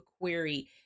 query